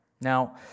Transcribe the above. Now